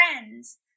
friends